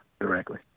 directly